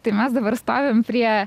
tai mes dabar stovim prie